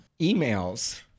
emails